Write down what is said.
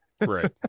Right